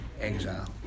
exile